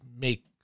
make